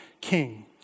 king